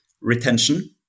retention